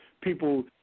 people